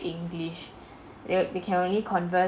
english yup they can only conve~